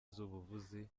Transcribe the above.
z’ubuvuzi